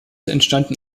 entstanden